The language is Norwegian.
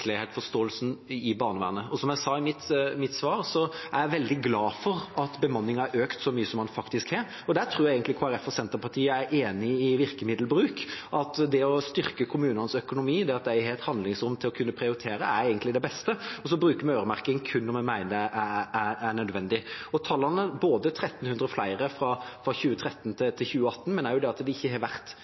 barnevernet. Som jeg sa i mitt svar, er jeg veldig glad for at bemanningen har økt så mye som den faktisk har, og der tror jeg egentlig Kristelig Folkeparti og Senterpartiet er enige om virkemiddelbruk, at det å styrke kommunenes økonomi, det at de har et handlingsrom til å kunne prioritere, egentlig er det beste. Så bruker vi øremerking kun når vi mener det er nødvendig. Og tallene, 1 300 flere fra 2013 til 2018, men også det at det ikke har vært